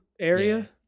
area